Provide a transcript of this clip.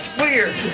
weird